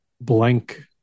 blank